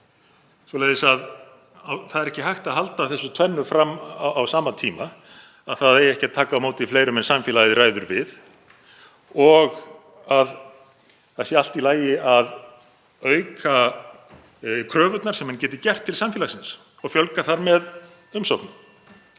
verið að fást við. Það er ekki hægt að halda þessu tvennu fram á sama tíma, að ekki eigi að taka á móti fleirum en samfélagið ræður við og að það sé allt í lagi að auka kröfurnar sem menn geta gert til samfélagsins og fjölga þar með umsóknum.